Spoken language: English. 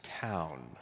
town